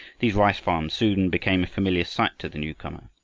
these rice-farms soon became a familiar sight to the newcomer.